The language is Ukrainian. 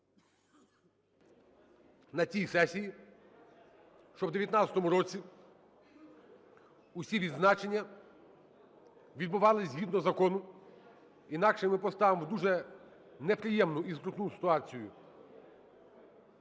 на цій сесії, щоб у 19-му році усі відзначення відбувалися згідно закону, інакше ми поставимо в дуже неприємну і скрутну ситуацію